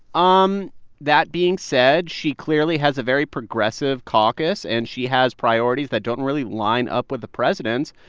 um that being said, she clearly has a very progressive caucus, and she has priorities that don't really line up with the president's.